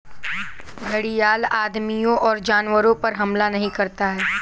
घड़ियाल आदमियों और जानवरों पर हमला नहीं करता है